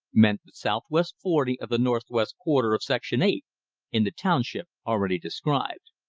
meant the southwest forty of the northwest quarter of section eight in the township already described.